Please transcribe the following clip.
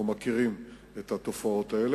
אנחנו מכירים את התופעות האלה,